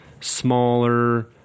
smaller